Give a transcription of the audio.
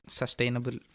sustainable